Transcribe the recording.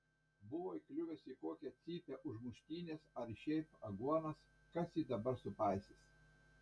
buvo įkliuvęs į kokią cypę už muštynes ar šiaip aguonas kas jį dabar supaisys